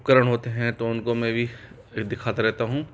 उपकरण होते हैं तो उनको मैं भी दिखाता रहता हूँ